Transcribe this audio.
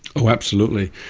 oh absolutely,